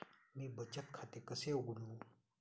मी बचत खाते कसे उघडू?